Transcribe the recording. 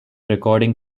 recording